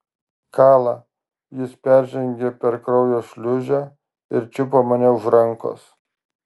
kala jis peržengė per kraujo šliūžę ir čiupo mane už rankos